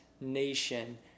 nation